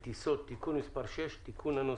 וטיסות) (תיקון מס' 8), התשפ"א-2021,